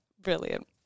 brilliant